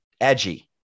edgy